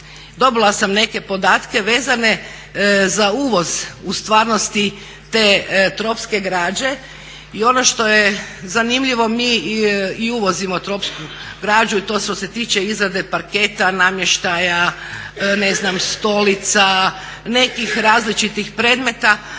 dobila sam neke podatke vezane za uvoz u stvarnosti te tropske građe i ono što je zanimljivo mi i uvozimo tropsku građu i to što se tiče izrade parketa, namještaja, stolica, nekih različitih predmeta,